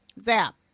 zap